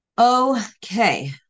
Okay